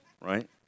right